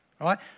Right